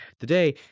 Today